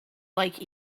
like